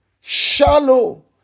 shallow